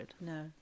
No